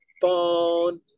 Phone